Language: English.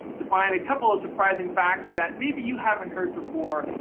to find a couple of surprising facts that maybe you haven't heard before.